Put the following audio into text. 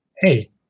hey